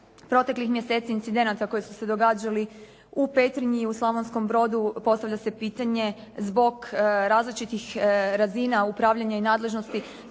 proteklih mjeseci incidenata koji su se događali u Petrinji i u Slavonskom Brodu postavlja se pitanje zbog različitih razina upravljanja i nadležnosti